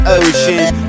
oceans